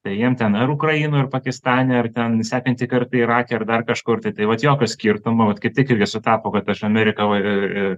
tai jiem ten ar ukrainoj ar pakistane ar ten sekantį kartą irake ar dar kažkur tai tai vat jokio skirtumo vat kaip tik irgi sutapo kad aš ameriką va i i